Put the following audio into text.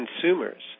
consumers